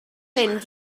mynd